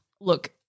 look